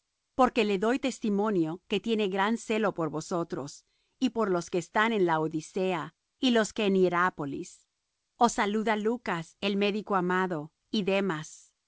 porque le doy testimonio que tiene gran celo por vosotros y por los que están en laodicea y los que en hierápolis os saluda lucas el médico amado y demas